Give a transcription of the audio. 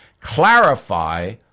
clarify